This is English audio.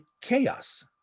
chaos